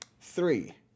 Three